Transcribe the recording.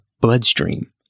bloodstream